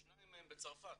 שניים מהם בצרפת.